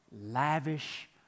Lavish